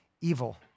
evil